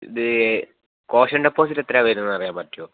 ഇത് caution deposit എത്രയാണ് വരുന്നതെന്നറിയാൻ പറ്റുമോ